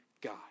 God